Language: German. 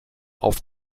auf